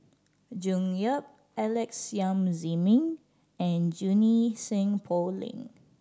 June Yap Alex Yam Ziming and Junie Sng Poh Leng